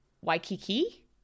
Waikiki